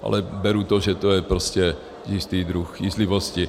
Ale beru to, že to je prostě jistý druh jízlivosti.